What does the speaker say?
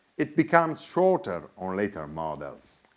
it becomes shorter on later models.